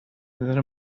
پدر